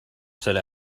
said